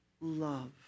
love